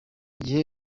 gihe